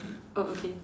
oh okay